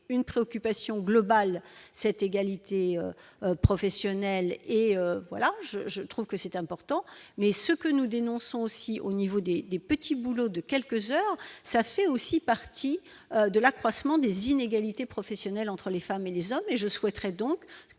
une préoccupation globale cette égalité professionnelle et voilà je, je trouve que c'est important, mais ce que nous dénonçons aussi au niveau des des petits boulots de quelques heures, ça fait aussi partie de l'accroissement des inégalités professionnelles entre les femmes et les hommes, et je souhaiterais donc